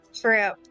trip